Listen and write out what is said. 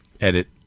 edit